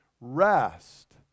Rest